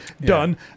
done